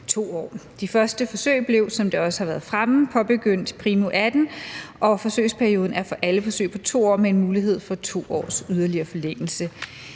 2 år. De første forsøg blev, som det også har været fremme, påbegyndt primo 2018, og forsøgsperioden er for alle forsøg på 2 år med en mulighed for 2 års yderligere forlængelse.